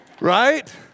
Right